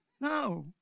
No